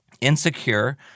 insecure